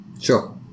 Sure